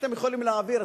אתם יכולים להעביר,